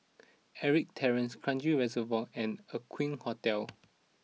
Ettrick Terrace Kranji Reservoir and Aqueen Hotel